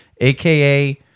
aka